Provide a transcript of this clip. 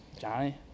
Johnny